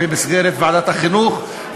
במסגרת ועדת החינוך,